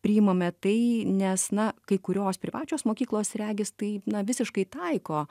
priimame tai nes na kai kurios privačios mokyklos regis tai na visiškai taiko